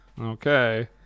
Okay